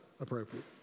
appropriate